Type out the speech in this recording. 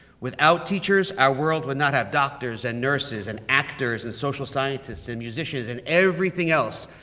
without teachers, our world would not have doctors and nurses and actors and social scientists and musicians, and everything else,